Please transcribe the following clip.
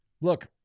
Look